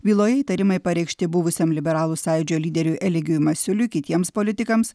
byloje įtarimai pareikšti buvusiam liberalų sąjūdžio lyderiui eligijui masiuliui kitiems politikams